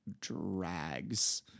drags